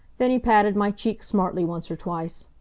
then he patted my cheek smartly once or twice.